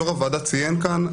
יושב-ראש הוועדה ציין כאן,